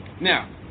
Now